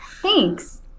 Thanks